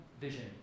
vision